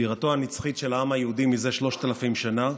בירתו הנצחית של העם היהודי זה שלושת אלפים שנה.